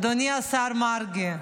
אדוני השר מרגי,